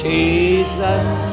Jesus